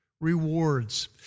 rewards